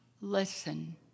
listen